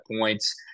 points